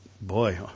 boy